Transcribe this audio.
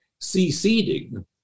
seceding